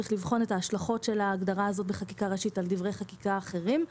צריך לבחון את ההשלכות של ההגדרה הזו בחקיקה ראשית על דברי חקיקה אחרים.